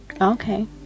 Okay